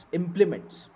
implements